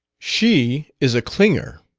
she is a clinger,